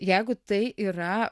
jeigu tai yra